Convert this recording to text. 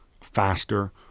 faster